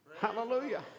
Hallelujah